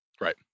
Right